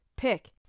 pick